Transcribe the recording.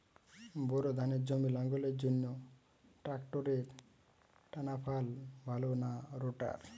Bore ধানের জমি লাঙ্গলের জন্য ট্রাকটারের টানাফাল ভালো না রোটার?